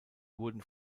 wurden